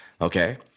okay